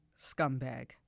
Scumbag